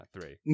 three